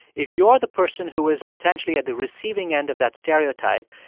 if you're the person who is potentially at the receiving end of that stereotype,